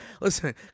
listen